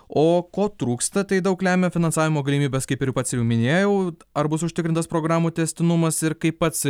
o ko trūksta tai daug lemia finansavimo galimybes kaip ir pats jau minėjau ar bus užtikrintas programų tęstinumas ir kaip pats